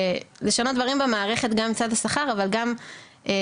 לשנות דברים במערכת גם מצד השכר אבל גם דברים